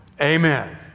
Amen